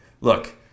Look